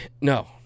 No